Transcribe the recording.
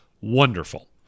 wonderful